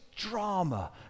Drama